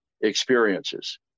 experiences